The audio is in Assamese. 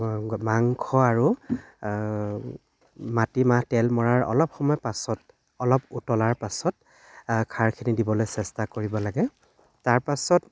মাংস আৰু মাটিমাহ তেল মৰাৰ অলপ সময় পাছত অলপ উতলাৰ পাছত খাৰখিনি দিবলৈ চেষ্টা কৰিব লাগে তাৰপাছত